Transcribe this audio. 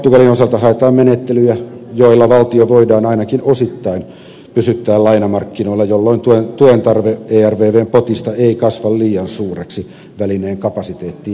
portugalin osalta haetaan menettelyjä joilla valtio voidaan ainakin osittain pysyttää lainamarkkinoilla jolloin tuen tarve ervvn potista ei kasva liian suureksi välineen kapasiteettiin nähden